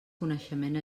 coneixement